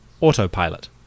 autopilot